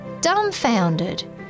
dumbfounded